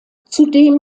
zudem